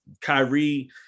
Kyrie